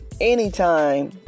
anytime